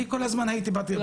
אני כל הזמן הייתי בדיונים.